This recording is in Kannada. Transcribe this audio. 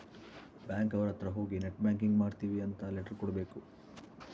ಬ್ಯಾಂಕ್ ಅವ್ರ ಅತ್ರ ಹೋಗಿ ನೆಟ್ ಬ್ಯಾಂಕಿಂಗ್ ಮಾಡ್ತೀವಿ ಅಂತ ಲೆಟರ್ ಕೊಡ್ಬೇಕು